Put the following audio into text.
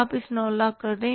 आप इसे 90000 कर दें